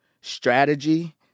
strategy